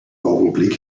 augenblick